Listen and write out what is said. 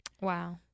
Wow